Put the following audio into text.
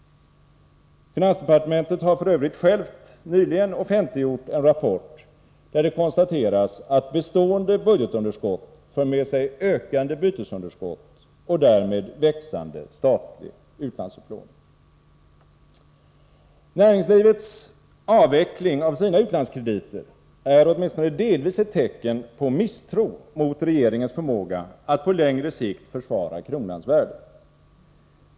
Finansdepartementet har f. ö. självt nyligen offentliggjort en rapport där det konstateras att bestående budgetunderskott för med sig ökande bytesunderskott och därmed växande statlig utlandsupplåning. Näringslivets avveckling av sina utlandskrediter är åtminstone delvis ett tecken på misstro mot regeringens förmåga att på längre sikt försvara kronans värde.